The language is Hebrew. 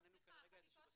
למה אתה לא שם את כל המספר?